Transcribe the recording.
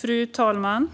Fru talman!